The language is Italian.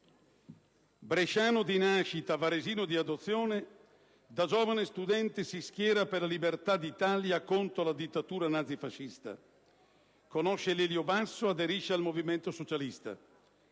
Bresciano di nascita, varesino di adozione, da giovane studente si schiera per la libertà d'Italia contro la dittatura nazifascista, conosce Lelio Basso e aderisce al movimento socialista.